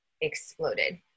exploded